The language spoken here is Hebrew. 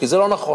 כי זה לא נכון.